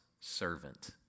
servant